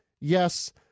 yes